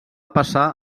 passar